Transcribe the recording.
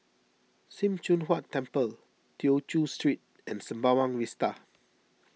Sim Choon Huat Temple Tew Chew Street and Sembawang Vista